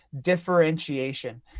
differentiation